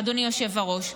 אדוני היושב-ראש.